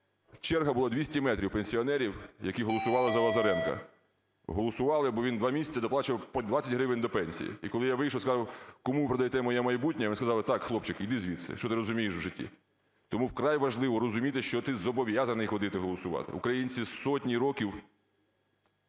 черга була 200 метрів пенсіонерів, які голосували за Лазаренка. Голосували, бо він 2 місяці доплачував по 20 гривень до пенсії. І коли я вийшов сказав "Кому ви продаєте моє майбутнє?", вони сказали: "Так, хлопчик, іди звідси, що ти розумієш в житті". Тому вкрай важливо розуміти, що ти зобов'язаний ходити голосувати. Українці сотні років